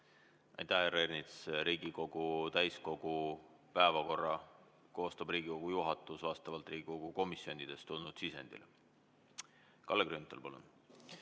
härra Ernits! Riigikogu täiskogu päevakorra koostab Riigikogu juhatus vastavalt Riigikogu komisjonidest tulnud sisendile. Kalle Grünthal, palun!